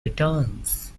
returns